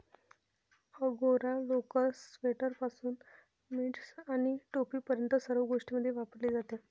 angora लोकर, स्वेटरपासून mittens आणि टोपीपर्यंत सर्व गोष्टींमध्ये वापरली जाते